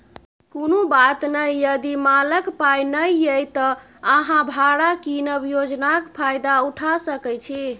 कुनु बात नहि यदि मालक पाइ नहि यै त अहाँ भाड़ा कीनब योजनाक फायदा उठा सकै छी